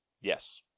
Yes